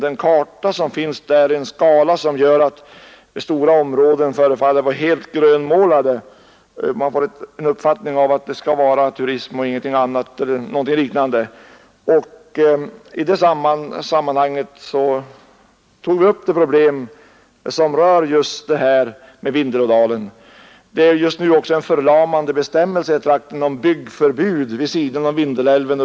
Den karta som finns där är utförd i en sådan skala att stora områden förefaller helt grönmålade — man får den uppfattningen att det skall vara enbart turism där eller någonting liknande. I sammanhanget tog vi upp de problem som rör Vindelådalen. För trakten finns nu också en bestämmelse om ett förlamande byggförbud på upp till 200 meters bredd vid sidan av Vindelälven.